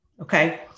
Okay